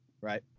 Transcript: right